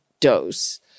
dose